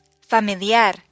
Familiar